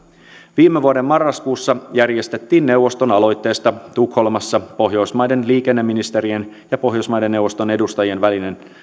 viime vuoden marraskuussa järjestettiin neuvoston aloitteesta tukholmassa pohjoismaiden liikenneministerien ja pohjoismaiden neuvoston edustajien välinen